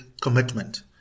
commitment